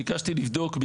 ביקשתי לבדוק.